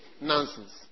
Nonsense